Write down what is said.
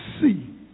see